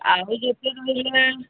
ଆଉ ଯେତେ ରହିଲା